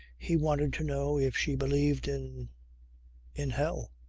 he wanted to know if she believed in in hell.